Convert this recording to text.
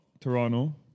Toronto